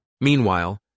Meanwhile